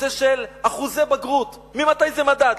נושא של אחוזי בגרות, ממתי זה מדד?